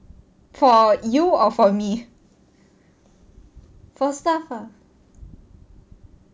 for you or for me for staff ah